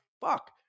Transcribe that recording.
fuck